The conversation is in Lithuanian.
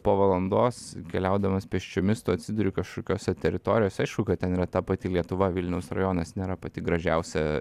po valandos keliaudamas pėsčiomis tu atsiduri kažkokiose teritorijose aišku kad ten yra ta pati lietuva vilniaus rajonas nėra pati gražiausia